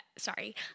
sorry